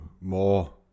more